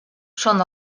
són